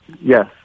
Yes